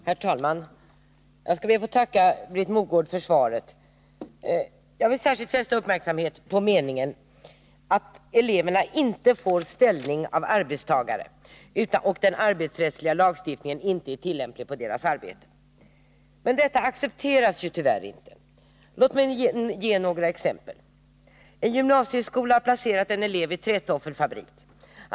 Herr talman! Jag skall be att få tacka Britt Mogård för svaret. Jag vill särskilt fästa uppmärksamheten på meningen: ”En följd av att eleverna inte får ställning av arbetstagare är att den arbetsrättsliga lagstiftningen inte blir tillämplig på deras arbete ——-. Men detta accepteras ju tyvärr inte. Låt mig ge några exempel: En gymnasieskola har placerat en elev på en trätoffelfabrik.